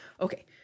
okay